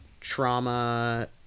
trauma